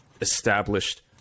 established